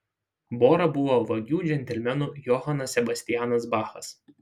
bora buvo vagių džentelmenų johanas sebastianas bachas